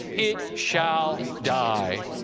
it shall die.